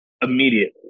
immediately